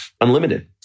unlimited